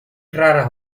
raras